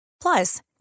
Plus